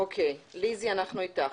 אוקיי, ליזי, אנחנו איתך.